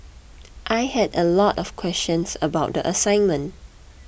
I had a lot of questions about the assignment